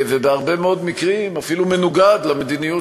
ובהרבה מאוד מקרים אפילו מנוגד למדיניות